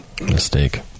Mistake